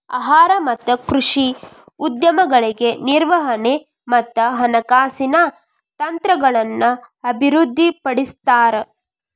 ಆಹಾರ ಮತ್ತ ಕೃಷಿ ಉದ್ಯಮಗಳಿಗೆ ನಿರ್ವಹಣೆ ಮತ್ತ ಹಣಕಾಸಿನ ತಂತ್ರಗಳನ್ನ ಅಭಿವೃದ್ಧಿಪಡಿಸ್ತಾರ